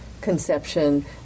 conception